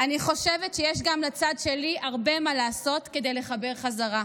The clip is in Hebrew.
אני חושבת שיש גם לצד שלי הרבה מה לעשות כדי לחבר בחזרה,